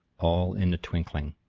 all in a twinkling!